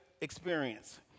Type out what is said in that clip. Experience